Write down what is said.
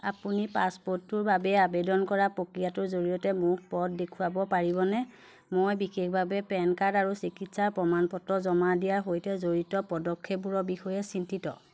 আপুনি পাছপোৰ্টৰ বাবে আবেদন কৰাৰ প্ৰক্ৰিয়াটোৰ জৰিয়তে মোক পথ দেখুৱাব পাৰিবনে মই বিশেষভাৱে পেন কাৰ্ড আৰু চিকিৎসা প্ৰমাণপত্ৰ জমা দিয়াৰ সৈতে জড়িত পদক্ষেপবোৰৰ বিষয়ে চিন্তিত